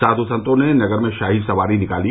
साध् संतों ने नगर में शाही सवारी निकाली